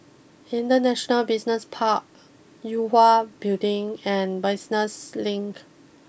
International Business Park Yue Hwa Building and Business Link